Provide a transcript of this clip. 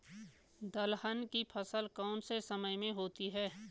दलहन की फसल कौन से समय में होती है?